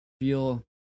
feel